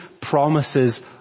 promises